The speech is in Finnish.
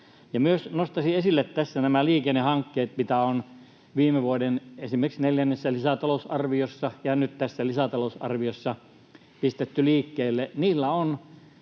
Myös nostaisin esille tässä liikennehankkeet, mitä on esimerkiksi viime vuoden neljännessä lisätalousarviossa ja nyt tässä lisätalousarviossa pistetty liikkeelle.